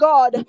God